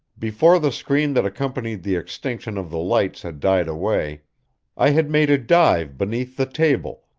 before the scream that accompanied the extinction of the lights had died away i had made a dive beneath the table,